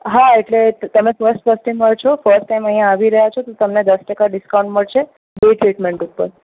હા એટલે તમે ફસ્ટ કસ્ટમર છો ફસ્ટ ટાઇમ અહીંયા આવી રહ્યા છો તો તમને દસ ટકા ડિસ્કાઉન્ટ મળશે બે ટ્રીટમેન્ટ ઉપર